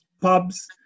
pubs